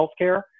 healthcare